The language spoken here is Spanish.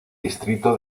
distrito